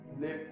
Lift